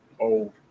old